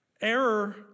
Error